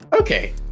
okay